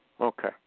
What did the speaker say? Okay